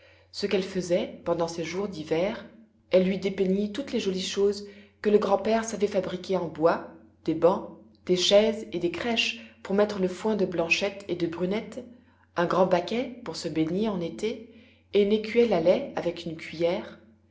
ce qu'elle faisait pendant ces jours d'hiver elle lui dépeignit toutes les jolies choses que le grand-père savait fabriquer en bois des bancs des chaises et des crèches pour mettre le foin de blanchette et de brunette un grand baquet pour se baigner en été et une écuelle à lait avec une cuiller